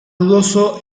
dudoso